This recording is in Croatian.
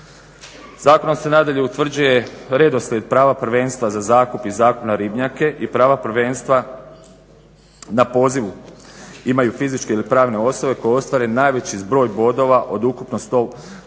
Zakonom se nadalje utvrđuje redoslijed prava prvenstva za zakup i zakup na ribnjake i prava prvenstva na pozivu imaju fizičke ili pravne osobe koje ostvare najveći zbroj bodova od ukupno 100 mogućih